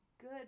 good